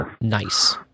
Nice